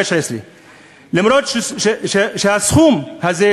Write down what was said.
אף שהסכום הזה,